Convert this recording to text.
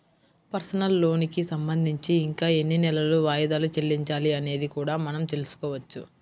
personal లోనుకి సంబంధించి ఇంకా ఎన్ని నెలలు వాయిదాలు చెల్లించాలి అనేది కూడా మనం తెల్సుకోవచ్చు